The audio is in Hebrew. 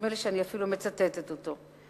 נדמה לי שאני אפילו מצטטת אותו.